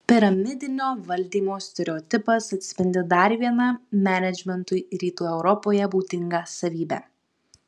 piramidinio valdymo stereotipas atspindi dar vieną menedžmentui rytų europoje būdingą savybę